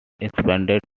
expanded